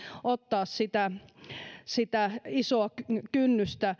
ottaa sitä sitä isoa kynnystä